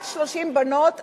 רק 30 בנות אמורות,